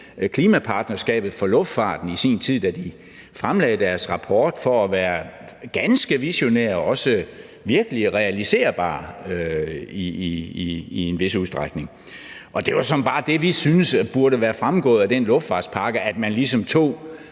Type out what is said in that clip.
klimapartnerskabet for luftfarten, i sin tid, da de fremlagde deres rapport, for at den var ganske visionær og også virkelig realiserbar i en vis udstrækning. Det var såmænd bare det, vi synes burde være fremgået af den luftfartspakke, og det